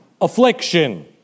affliction